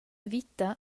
vita